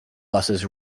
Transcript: buses